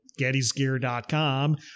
gettysgear.com